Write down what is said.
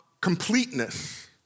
completeness